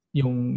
yung